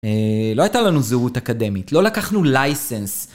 לא הייתה לנו זהות אקדמית, לא לקחנו license.